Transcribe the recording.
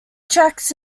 tracks